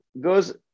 goes